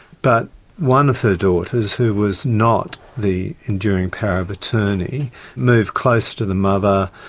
but one of her daughters who was not the enduring power of attorney moved close to the mother,